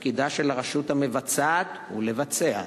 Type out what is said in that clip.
שתפקידה של הרשות המבצעת הוא לבצע,